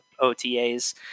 otas